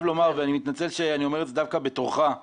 יש כאן אלמנטים גם של תכנון,